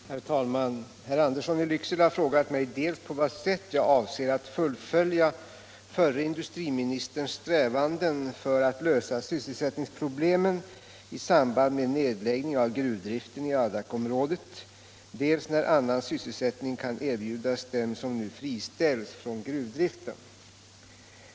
Herr talman! Herr Andersson i Lycksele har frågat mig dels på vad sätt jag avser att fullfölja förre industriministerns strävanden för att lösa sysselsättningsproblemen i samband med nedläggning av gruvdriften i Adakområdet, dels när annan sysselsättning kan erbjudas dem som nu friställs från gruvdriften.